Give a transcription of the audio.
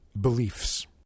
beliefs